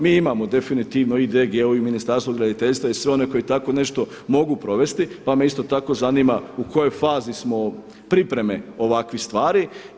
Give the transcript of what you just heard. Mi imamo definitivno i DGO i Ministarstvo graditeljstva i sve one koji tako nešto mogu provesti, pa me isto tako zanima u kojoj fazi smo pripreme ovakvih stvari.